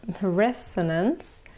resonance